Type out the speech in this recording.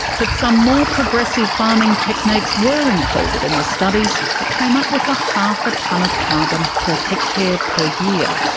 that some more progressive farming techniques were included in the studies that came up with the half a tonne of carbon per hectare per year.